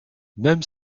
même